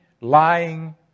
lying